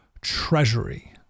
treasury